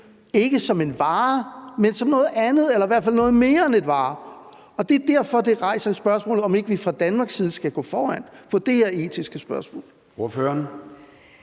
ikke som en vare, men som noget andet eller i hvert fald noget mere end en vare? Det er derfor, det rejser spørgsmålet om, om ikke vi fra Danmarks side skal gå foran på det her etiske spørgsmål. Kl.